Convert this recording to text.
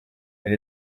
elle